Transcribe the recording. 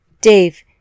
Dave